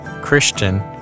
Christian